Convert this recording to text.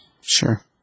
Sure